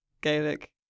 Gaelic